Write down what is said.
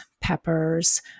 peppers